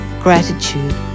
Gratitude